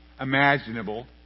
imaginable